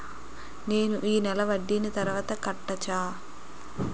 నేను ఈ నెల వడ్డీని తర్వాత కట్టచా?